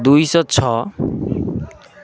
ଦୁଇ ଶହ ଛଅ